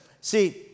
see